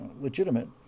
legitimate